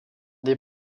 des